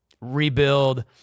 rebuild